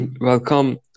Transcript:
Welcome